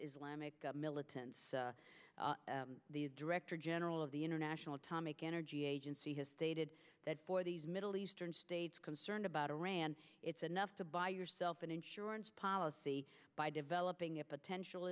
s militants the director general of the international atomic energy agency has stated that for these middle eastern states concerned about iran it's enough to buy yourself an insurance policy by developing a potential